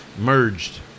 merged